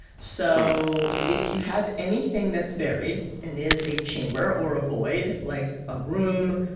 so if you have anything that's buried and is a chamber or a void like a room,